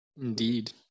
Indeed